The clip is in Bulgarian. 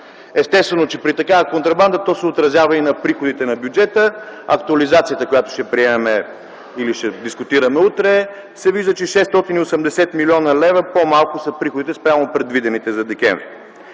Естествено че при такава контрабанда то се отразява и на приходите на бюджета. От актуализацията, която ще дискутираме утре, се вижда, че 680 млн. лв. по-малко са приходите спрямо предвидените за м.